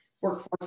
workforce